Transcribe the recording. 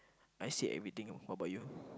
I said everything what about you